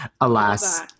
Alas